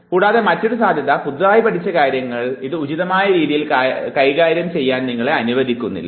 കൂടാതെയുള്ള മറ്റൊരു സാധ്യതയാണ് പുതിയതായി പഠിച്ച കാര്യങ്ങൾ ഇത് ഉചിതമായ രീതിയിൽ കാര്യങ്ങൾ ചെയ്യാൻ നിങ്ങളെ അനുവദിക്കുന്നില്ല